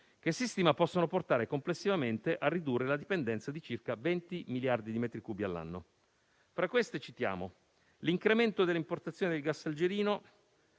che si stima possano portare complessivamente a ridurre la dipendenza di circa 20 miliardi di metri cubi all'anno. Tra queste citiamo l'incremento delle importazioni di gas algerino.